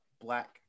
black